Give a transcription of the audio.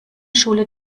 schule